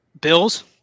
Bills